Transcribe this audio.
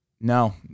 No